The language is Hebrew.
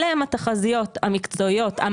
אלה הן התחזיות המקצועיות,